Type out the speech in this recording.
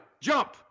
jump